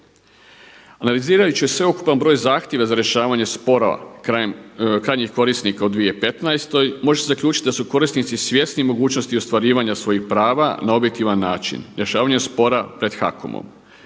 Analizirajući sveukupan broj zahtjeva za rješavanje sporova krajnjih korisnika u 2015. može se zaključiti da su korisnici svjesni mogućnosti ostvarivanja svojih prava na objektivan način rješavanjem spora pred HAKOM-om.